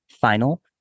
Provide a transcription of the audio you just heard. final